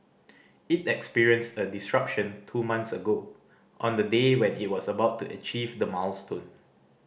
it experienced a disruption two months ago on the day when it was about to achieve the milestone